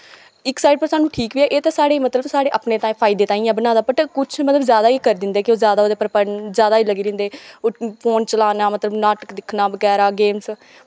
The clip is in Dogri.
इक साईट ते ठीक बी ऐ एह् ते सोढ़ी मतलव साढ़े अपने फायदे तांई ऐ बनाए दा बट कुछ मतलव जादा ई कर दिंदे क् ओह् जादा ओह्दे पर पढ़न जादा ई लग्गे रैंह्दे फोन चलाना मतलव नाटक दिक्खना बगैरा गेमस